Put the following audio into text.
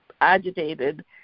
agitated